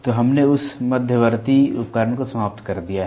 तो हमने उस मध्यवर्ती उपकरण को समाप्त कर दिया है